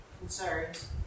concerns